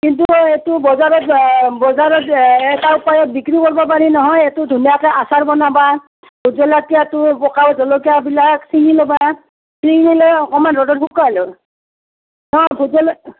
কিন্তু এই এইটো বজাৰত বজাৰত এটা উপায়ে বিক্ৰী কৰিব পাৰি নহয় এইটো ধুনীয়াকৈ আচাৰ বনাবা ভোট জলকীয়াটো পকা ভোট জলকীয়াবিলাক চিঙি ল'বা চিঙি লৈ অকণমান ৰ'দত শুকাই লবা অঁ ভোট জলকীয়া